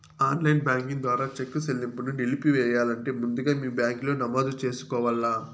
online banking ద్వారా cheque సెల్లింపుని నిలిపెయ్యాలంటే ముందుగా మీ బ్యాంకిలో నమోదు చేసుకోవల్ల